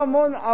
שבהן